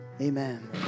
Amen